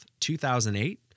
2008